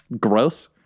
gross